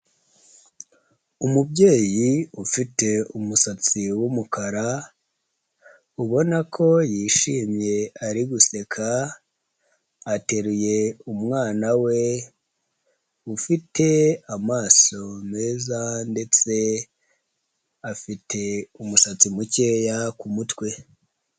Umubyeyi ufite umusatsi w'umukara ubona ko yishimye ari guseka, ateruye umwana we, ufite amaso meza ndetse afite umusatsi mukeya ku mutwe.